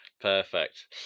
Perfect